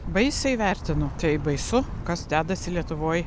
baisiai vertinu tai baisu kas dedasi lietuvoje